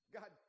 God